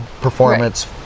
performance